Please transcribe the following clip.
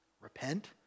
Repent